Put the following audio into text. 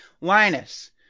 linus